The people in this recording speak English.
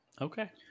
Okay